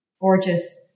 gorgeous